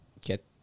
get